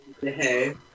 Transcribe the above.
Hey